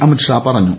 അമിത് ഷാ പറഞ്ഞു